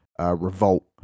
revolt